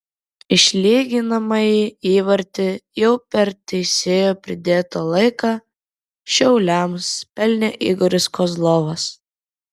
išlyginamąjį įvartį jau per teisėjo pridėtą laiką šiauliams pelnė igoris kozlovas